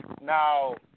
Now